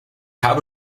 habe